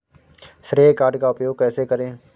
श्रेय कार्ड का उपयोग कैसे करें?